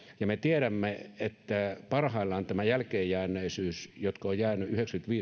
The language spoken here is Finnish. ja me tiedämme että parhaillaan tämä jälkeenjääneisyys niillä jotka ovat jääneet